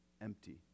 empty